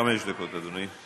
חמש דקות, אדוני.